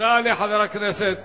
תודה לחבר הכנסת